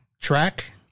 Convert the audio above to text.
track